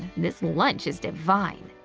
this lunch is divine.